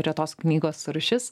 retos knygos rūšis